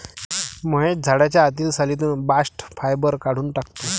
महेश झाडाच्या आतील सालीतून बास्ट फायबर काढून टाकतो